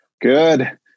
Good